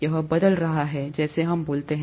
यह बदल रहा है जैसे हम बोलते हैं